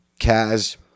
Kaz